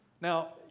Now